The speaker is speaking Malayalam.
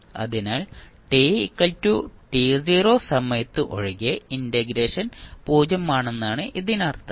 അതിനാൽ t സമയത്ത് ഒഴികെ ഇന്റഗ്രേഷൻ 0 ആണെന്നാണ് ഇതിനർത്ഥം